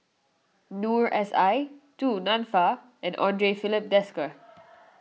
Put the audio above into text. Noor S I Du Nanfa and andre Filipe Desker